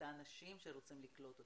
האנשים שרוצים לקלוט אותם.